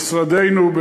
במשרדנו,